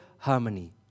Harmony